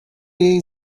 jej